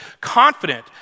confident